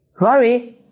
Rory